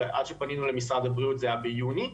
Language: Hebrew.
ועד שפנינו למשרד הברייאות זה היה ביוני.